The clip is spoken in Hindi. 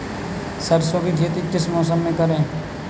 सरसों की खेती किस मौसम में करें?